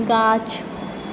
गाछ